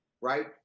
right